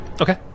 Okay